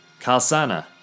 Kalsana